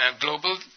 global